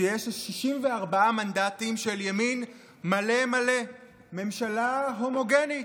שיש 64 מנדטים של ימין מלא מלא, ממשלה הומוגנית.